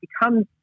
becomes